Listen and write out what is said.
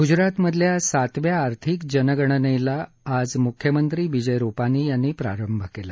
ग्जरातमधल्या सातव्या आर्थिक जनगणनेला आज म्ख्यमंत्री विजय रूपानी यांनी प्रारंभ केला